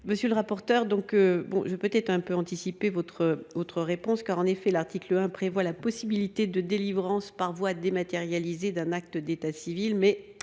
Monsieur le rapporteur, je vais peut être un peu anticiper sur votre réponse, car l’article 1 prévoit la possibilité de délivrer par voie dématérialisée un acte d’état civil.